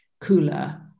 cooler